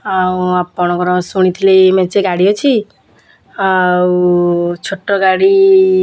ଆଉ ଆପଣଙ୍କର ଶୁଣିଥିଲି ମେଞ୍ଚେ ଗାଡ଼ି ଅଛି ଆଉ ଛୋଟ ଗାଡ଼ି